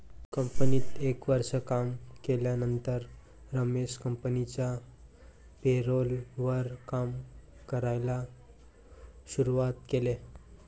कंपनीत एक वर्ष काम केल्यानंतर रमेश कंपनिच्या पेरोल वर काम करायला शुरुवात केले